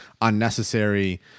unnecessary